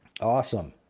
Awesome